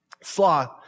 Sloth